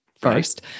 first